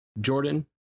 Jordan